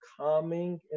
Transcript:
calming